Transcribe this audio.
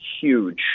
huge